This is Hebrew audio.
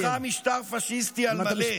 בואכה משטר פשיסטי על מלא.